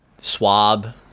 Swab